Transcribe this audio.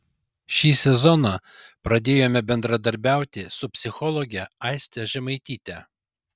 šį sezoną pradėjome bendradarbiauti su psichologe aiste žemaityte